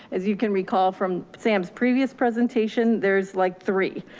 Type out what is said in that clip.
as you can recall from sam's previous presentation, there's like three,